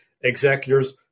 executors